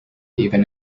even